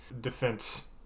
defense